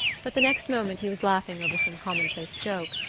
but the next moment he was laughing over some commonplace joke,